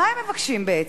מה הם מבקשים בעצם?